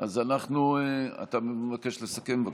אתה מבקש לסכם, אז